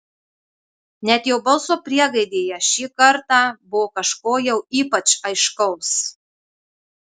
net jo balso priegaidėje šį kartą buvo kažko jau ypač aiškaus